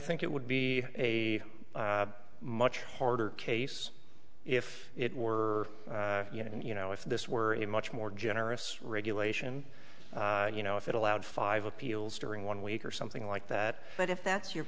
think it would be a much harder case if it were you know if this were a much more generous regulation you know if it allowed five appeals during one week or something like that but if that's your